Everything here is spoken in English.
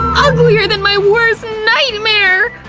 uglier than my worst nightmare!